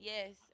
Yes